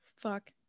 Fuck